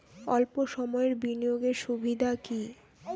অল্প সময়ের বিনিয়োগ এর সুবিধা কি?